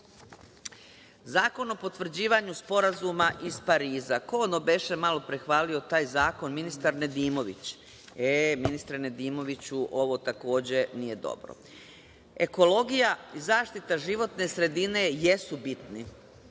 valja. Zakon o potvrđivanju Sporazuma iz Pariza, ko ono beše malopre hvalio taj zakon, ministar Nedimović? Ministre Nedimoviću, ovo takođe nije dobro. Ekologija i zaštita životne sredine jesu bitni,